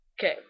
Okay